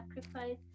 sacrifice